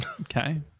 Okay